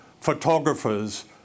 photographers